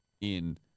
in-